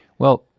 well,